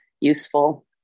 useful